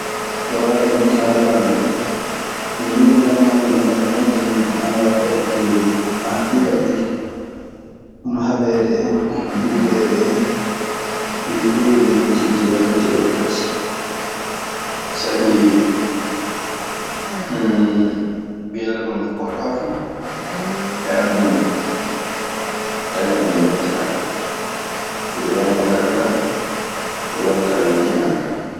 So haala metti haladun, ɗundu ñalomaaji ɗi neɗɗo metanooɗi tan warta e hakkille mun, haa fu ƴaɓɓike. Hono haɓeede en, duddeede en, ɗii fuu yo metteeji wakkati e wakkati. Sabii ɓii aadama no potɗaa fu e aduna, dañan nde metteɗaa. Sabi dañan nde ngaɗeɗaa ko weltaa yonki maaɗa.